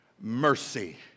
mercy